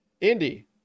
Indy